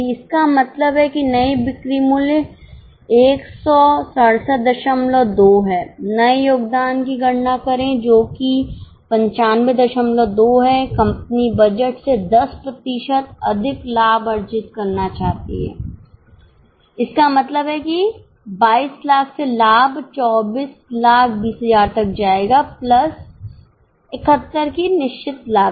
इसका मतलब है कि नई बिक्री मूल्य 1672 हैनए योगदान की गणना करें जो कि 952 है कंपनी बजट से 10 प्रतिशत अधिक लाभ अर्जित करना चाहती है इसका मतलब है कि 2200000 से लाभ 2420000 तक जाएगा प्लस 71 की निश्चित लागत